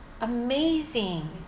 Amazing